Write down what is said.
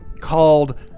called